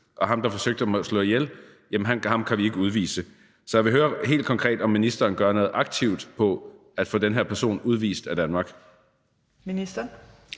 og manden, der forsøgte at slå ham ihjel, kan vi ikke udvise. Så jeg vil høre helt konkret, om ministeren gør noget aktivt for at få den her person udvist af Danmark. Kl.